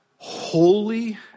Holy